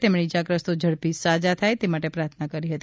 તેમણે ઇજાગ્રસ્તો ઝડપી સાજા થાય તે માટે પ્રાર્થના કરી છે